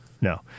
no